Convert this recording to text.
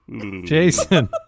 Jason